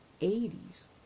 80s